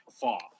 Far